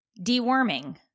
deworming